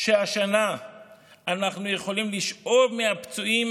שהשנה אנחנו יכולים לשאוב מהפצועים